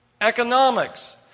economics